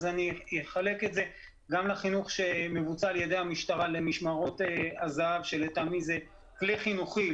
גם החינוך שמבוצע על ידי המשטרה למשטרות הזה"ב שלטעמי זה כלי חינוכי,